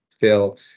Phil